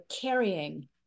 carrying